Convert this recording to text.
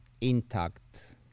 intact